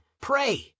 pray